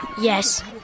Yes